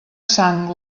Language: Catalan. sang